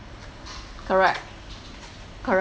correct correct